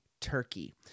turkey